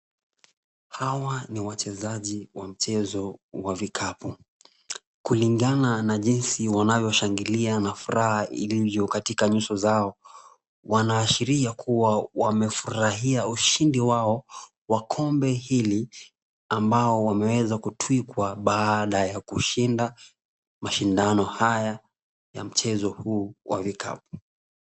Hawa ni wachezaji wa mchezo wa vikapu. Kulinganà na jinsi wanavyoshangilia na furaha iliyo nyuso zao wanaashiria kuwa wa